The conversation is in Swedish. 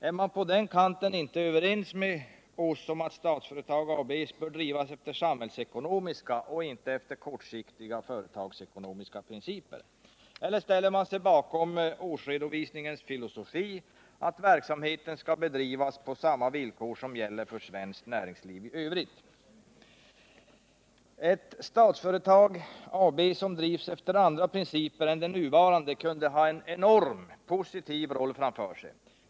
Är man på den kanten inte överens med oss om att Statsföretag AB bör drivas efter samhällsekonomiska och inte efter kortsiktiga företagsekonomiska principer? Eller ställer man sig bakom årsredovisningens filosofi att ”verksamheten skall bedrivas på samma villkor som gäller för svenskt näringsliv i övrigt”? Ett Statsföretag AB som drivs efter andra principer än de nuvarande kunde spela en enorm, positiv roll.